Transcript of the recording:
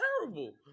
terrible